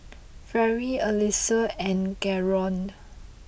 Fairy Allyssa and Garold